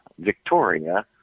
Victoria